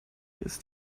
ist